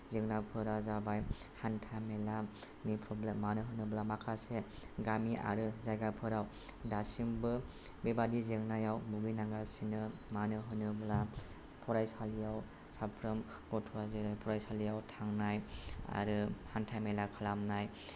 जेंनाफोरा जाबाय हान्थामेलानि प्रब्लेम मानो होनोब्ला माखासे गामि आरो जायगाफोराव दासिमबो बेबादि जेंनायाव भुगिनांगासिनो मानो होनोब्ला फरायसालियाव साफ्रोम गथ'आ जेनेबा फरायसालिआव थांनाय आरो हान्थामेला खालामनाय